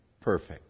perfect